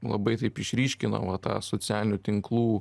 labai taip išryškina va tą socialinių tinklų